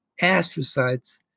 astrocytes